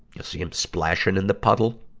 you'll see em splashing in the puddle,